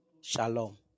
Shalom